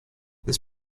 this